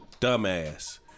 Dumbass